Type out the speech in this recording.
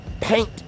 paint